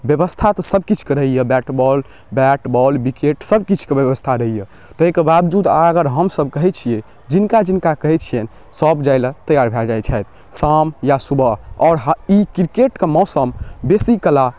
बेबस्था तऽ सबकिछुके रहैए bat ball bat ball wicket सबकिछुके बेबस्था रहैए ताहिके बावजूद अगर हमसभ कहै छिए जिनका जिनका कहै छिअनि सभ जाइलए तैआर भऽ जाइ छथि शाम या सुबह आओर ई किरकेटके मौसम बेसीकाल